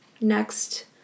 Next